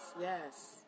yes